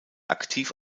aktiv